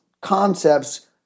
concepts